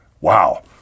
Wow